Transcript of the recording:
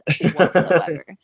whatsoever